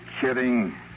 kidding